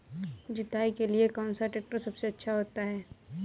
जुताई के लिए कौन सा ट्रैक्टर सबसे अच्छा होता है?